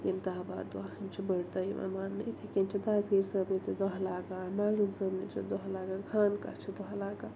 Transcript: یِم داہ بَہہ دۄہ یِم چھِ بٔڑۍ دۄہ یِوان مانٛنہٕ یِتھَے کٔنۍ چھِ دسگیٖر صٲبنہِ تہِ دۄہ لاگان مخدوٗم صٲبنہِ چھِ دۄہ لاگان خانقاہ چھِ دۄہ لاگان